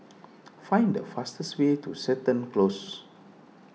find the fastest way to Seton Close